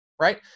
right